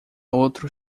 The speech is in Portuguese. outro